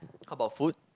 how about food